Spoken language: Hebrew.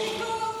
על שחיתות,